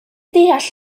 deall